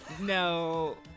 no